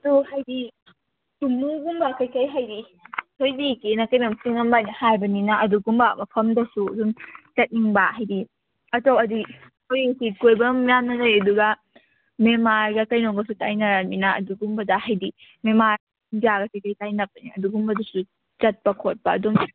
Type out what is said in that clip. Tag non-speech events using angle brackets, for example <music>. ꯑꯗꯣ ꯍꯥꯏꯗꯤ ꯐꯦꯃꯤꯂꯤꯒꯨꯝꯕ ꯑꯩꯈꯣꯏ ꯀꯔꯤ ꯍꯥꯏꯗꯤ ꯊꯣꯏꯕꯤꯒꯤꯅ ꯀꯩꯅꯣ ꯆꯤꯡꯉꯝꯕꯅꯤ ꯍꯥꯏꯕꯅꯤꯅ ꯑꯗꯨꯒꯨꯝꯕ ꯃꯐꯝꯗꯨꯁꯨ ꯑꯗꯨꯝ ꯆꯠꯅꯤꯡꯕ ꯍꯥꯏꯗꯤ <unintelligible> ꯍꯥꯏꯗꯤ ꯑꯩꯈꯣꯏ ꯁꯤ ꯀꯣꯏꯐꯝ ꯌꯥꯝꯅ ꯂꯩ ꯑꯗꯨꯒ ꯃꯦꯟꯃꯥꯔꯒ ꯀꯩꯅꯣꯒꯁꯨ ꯇꯥꯏꯅꯔꯕꯅꯤꯅ ꯑꯗꯨꯒꯨꯝꯕꯗ ꯍꯥꯏꯗꯤ ꯃꯦꯟꯃꯥꯔ ꯏꯟꯗꯤꯌꯥꯒꯁꯤꯗꯤ <unintelligible> ꯑꯗꯨꯒꯨꯝꯕꯗꯨꯁꯨ ꯆꯠꯄ ꯈꯣꯠꯄ ꯑꯗꯨꯝ